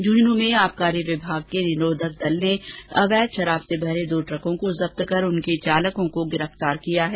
झुंझुनू में आबकारी विभाग के निरोधक दल ने अवैध शराब से भरे दो ट्रकों को जब्त कर उनके चालकों को गिरफतार किया है